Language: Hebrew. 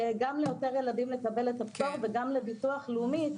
גם ליותר ילדים לקבל את הפטור וגם לביטוח לאומי את